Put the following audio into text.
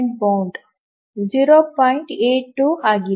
82 ಆಗಿದೆ